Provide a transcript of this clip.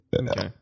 Okay